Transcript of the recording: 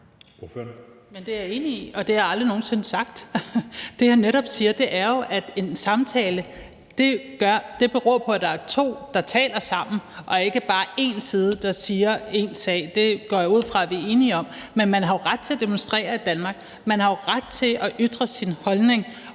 Det er jeg enig i – og det har jeg aldrig nogen sinde sagt. Det, jeg netop siger, er jo, at en samtale beror på, at der er to, der taler sammen, og ikke bare én side, der taler én sag. Det går jeg ud fra at vi er enige om. Men man har jo ret til at demonstrere i Danmark. Man har ret til at ytre sin holdning,